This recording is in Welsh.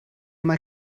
mae